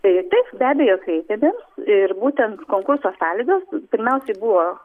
tai taip be abejo kreipėmės ir būtent konkurso sąlygos pirmiausiai buvo